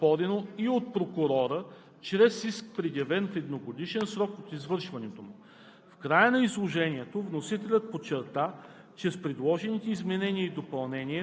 3. когато интересите на детето го налагат, припознаването може да бъде оспорено и от прокурора чрез иск, предявен в едногодишен срок от извършването му.